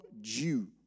Jew